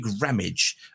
Ramage